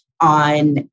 on